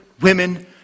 women